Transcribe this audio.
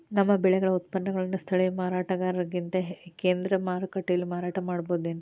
ನಮ್ಮ ಬೆಳೆಗಳ ಉತ್ಪನ್ನಗಳನ್ನ ಸ್ಥಳೇಯ ಮಾರಾಟಗಾರರಿಗಿಂತ ಕೇಂದ್ರ ಮಾರುಕಟ್ಟೆಯಲ್ಲಿ ಮಾರಾಟ ಮಾಡಬಹುದೇನ್ರಿ?